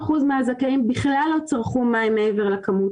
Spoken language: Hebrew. מהזכאים בכלל לא צרכו מים מעבר לכמות